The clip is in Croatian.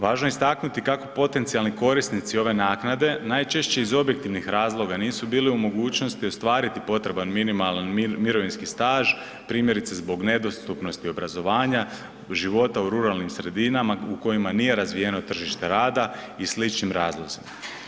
Važno je istaknuti kako potencijalni korisnici ove naknade najčešće iz objektivnih razloga nisu bili u mogućnosti ostvariti potreban minimalan mirovinski staž, primjerice zbog nedostupnosti obrazovanja, života u ruralnim sredinama u kojima nije razvijeno tržište rada i sličnim razlozima.